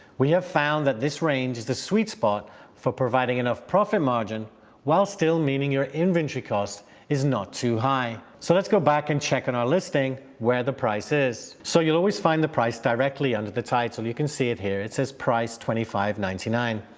we have found that this range is the sweet spot for providing enough profit margin while still meaning your inventory cost is not too high. so let's go back and check on our listing where the price is. so you'll always find the price directly under the title. you can see it here, it says price twenty five point nine nine